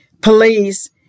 police